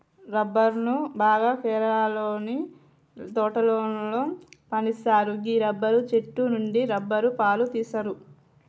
రబ్బరును బాగా కేరళలోని తోటలలో పండిత్తరు గీ రబ్బరు చెట్టు నుండి రబ్బరు పాలు తీస్తరు